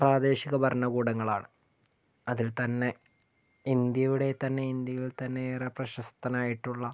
പ്രാദേശിക ഭരണകൂടങ്ങളാണ് അതിൽ തന്നെ ഇന്ത്യയുടെ തന്നെ ഇന്ത്യയിൽ തന്നെ ഏറെ പ്രശസ്തനായിട്ടുള്ള